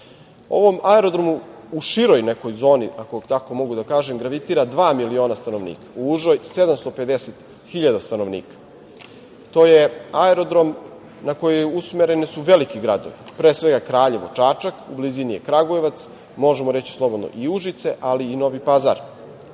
Ovom aerodromu u široj nekoj zoni, ako tako mogu da kažem, gravitira dva miliona stanovnika, u užoj 750.000 stanovnika. To je aerodrom na koji su usmereni veliki gradovi, pre svega Kraljevo, Čačak, u blizini je Kragujevac, možemo reći slobodno i Užice, ali i Novi Pazar. Ovaj